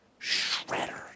Shredder